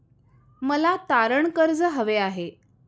मला तारण कर्ज हवे आहे